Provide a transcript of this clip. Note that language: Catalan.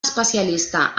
especialista